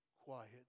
quiet